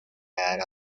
hará